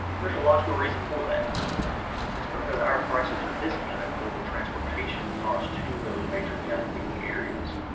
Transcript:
and there's a logical reason for that it's because our prices are discounted for transportation costs to those major cattle feeding areas.